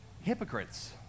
Hypocrites